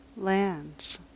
lands